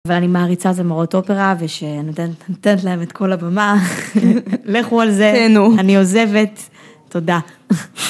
ואני מעריצה זמרות אופרה, ושנותן... נותנת להם את כל הבמה, לכו על זה, - תהנו - אני עוזבת, תודה.